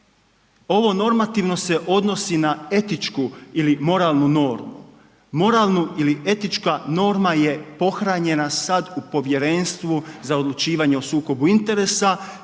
Ovo normativno se odnosi na etičku ili moralnu normu. Moralnu ili etička norma je pohranjena sad u Povjerenstvu za odlučivanje o sukobu interesa,